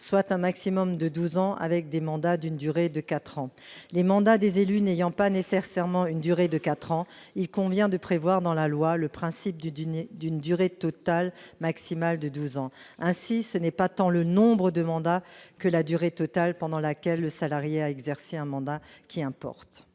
soit un maximum de 12 ans avec des mandats d'une durée de 4 ans, les mandats des élus n'ayant pas nécessaire serment une durée de 4 ans, il convient de prévoir dans la loi le principe du dîner d'une durée totale maximale de 12 ans ainsi, ce n'est pas tant le nombre de mandats que la durée totale pendant laquelle le salarié à exercer un mandat qui importe.